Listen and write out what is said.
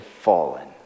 fallen